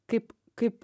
kaip kaip